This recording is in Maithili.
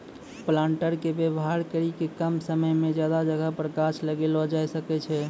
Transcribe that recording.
प्लांटर के वेवहार करी के कम समय मे ज्यादा जगह पर गाछ लगैलो जाय सकै छै